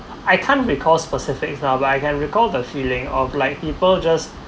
I can't recall specifics lah but I can recall the feeling of like people just